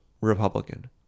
Republican